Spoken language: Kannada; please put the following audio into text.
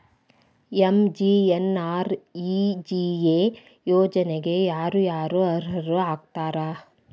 ಎಂ.ಜಿ.ಎನ್.ಆರ್.ಇ.ಜಿ.ಎ ಯೋಜನೆಗೆ ಯಾರ ಯಾರು ಅರ್ಹರು ಆಗ್ತಾರ?